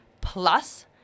Plus